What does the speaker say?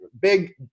big